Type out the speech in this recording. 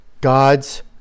God's